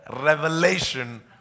revelation